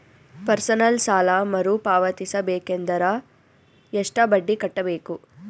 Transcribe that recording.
Personal ಸಾಲ ಮರು ಪಾವತಿಸಬೇಕಂದರ ಎಷ್ಟ ಬಡ್ಡಿ ಕಟ್ಟಬೇಕು?